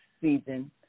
season